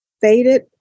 faded